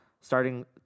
starting